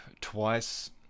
twice